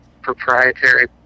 proprietary